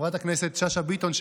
חברת הכנסת שאשא ביטון,